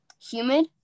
humid